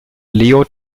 leo